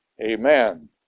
Amen